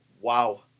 Wow